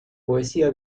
poesía